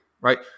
right